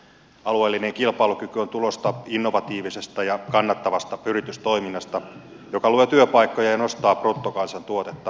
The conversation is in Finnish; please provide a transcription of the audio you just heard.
alueellinen kilpailukyky on tulosta innovatiivisesta ja kannattavasta yritystoiminnasta joka luo työpaikkoja ja nostaa bruttokansantuotetta